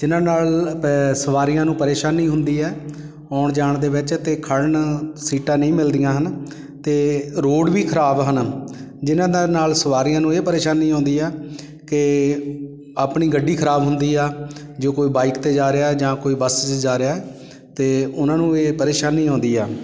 ਜਿਨ੍ਹਾਂ ਨਾਲ ਸਵਾਰੀਆਂ ਨੂੰ ਪਰੇਸ਼ਾਨੀ ਹੁੰਦੀ ਹੈ ਆਉਣ ਜਾਣ ਦੇ ਵਿੱਚ ਅਤੇ ਖੜ੍ਹਨ ਸੀਟਾਂ ਨਹੀਂ ਮਿਲਦੀਆਂ ਹਨ ਅਤੇ ਰੋਡ ਵੀ ਖਰਾਬ ਹਨ ਜਿਨ੍ਹਾਂ ਦਾ ਨਾਲ ਸਵਾਰੀਆਂ ਨੂੰ ਇਹ ਪਰੇਸ਼ਾਨੀ ਆਉਂਦੀ ਆ ਕਿ ਆਪਣੀ ਗੱਡੀ ਖਰਾਬ ਹੁੰਦੀ ਆ ਜੋ ਕੋਈ ਬਾਈਕ 'ਤੇ ਜਾ ਰਿਹਾ ਜਾਂ ਕੋਈ ਬੱਸ 'ਚ ਜਾ ਰਿਹਾ ਤਾਂ ਉਹਨਾਂ ਨੂੰ ਇਹ ਪਰੇਸ਼ਾਨੀ ਆਉਂਦੀ ਆ